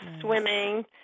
swimming